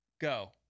Go